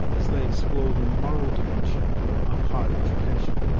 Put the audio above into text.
as they explore the moral dimension of higher education.